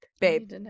Babe